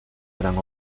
eran